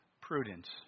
Prudence